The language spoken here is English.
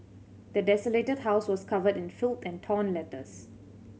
the desolated house was covered in filth and torn letters